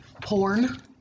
porn